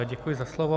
Děkuji za slovo.